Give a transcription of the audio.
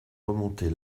remonter